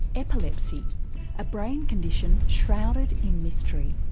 epilepsy a brain condition shrouded in mystery.